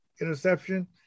interception